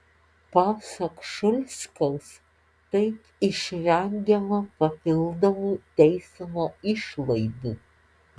pasak šulskaus taip išvengiama papildomų teismo išlaidų